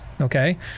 Okay